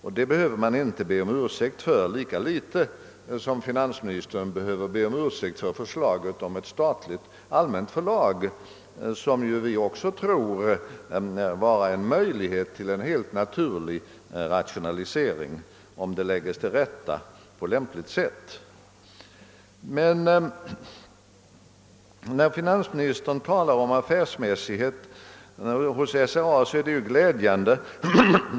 Detta behöver vi inte be om ursäkt för lika litet som finansministern behöver be om ursäkt för förslaget om ett statligt förlag, som också vi tror ger möjlighet till en helt naturlig rationalisering, om det läggs till rätta på lämpligt sätt. Herr finansministern talade om affärsmässighet hos SRA, och det är glädjande.